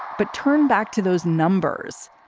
but turn back to those numbers.